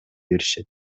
беришет